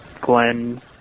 Glenn